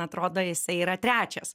atrodo jisai yra trečias